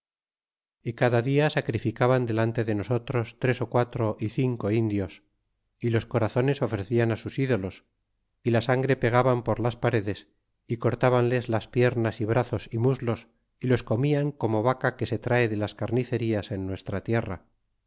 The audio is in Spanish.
y cada cija sacrificaban delante de nosotros tres ó quatro y cinco indios y los corazones ofrecian á sus ídolos y la sangre pegaban por las paredes y cortabanles las piernas y brazos y muslos y los comían como vaca que se trae de las carnicerías en nuestra tierra